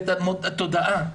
והתודעה,